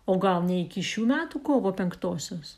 o gal ne iki šių metų kovo penktosios